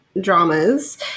dramas